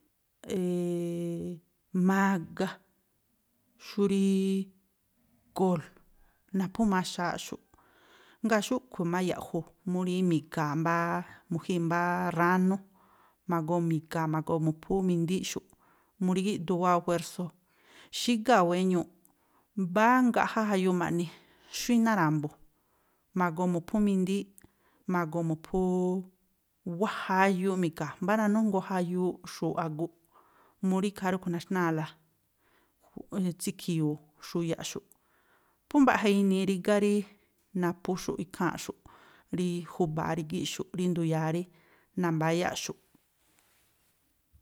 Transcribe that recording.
mágá, xú rííí kol, naphú maxááꞌxu̱ꞌ, ngáa̱ xúꞌkhui̱ má ya̱ꞌju̱ mú rí mi̱ga̱a̱ mbá, mu̱jíi̱ mbááá ránú, ma̱goo mi̱ga̱a̱, ma̱goo mu̱phú mindííꞌxu̱ꞌ mu rí gíꞌdoo wáa̱ ú juérsóo̱, xígáa̱ wéñuuꞌ, mbá ngaꞌjá jayuuꞌ ma̱ꞌni, xú iná ra̱mbu̱, ma̱goo mu̱phú mindííꞌ, ma̱goo mu̱phú wá jayuuꞌ mi̱ga̱a̱, mbá nanújngoo jayuuꞌ xu̱u̱ꞌ aguꞌ, mu rí ikhaa rúꞌkhui̱ naxnáa̱la, tsiakhi̱yu̱u̱ xuyaꞌxu̱ꞌ, phú mbaꞌja inii rígá rí naphúxu̱ꞌ ikháa̱nꞌxu̱ꞌ rí júba̱a rígi̱ꞌxu̱ꞌ rí ndu̱ya̱a ri nambáyáꞌxu̱ꞌ.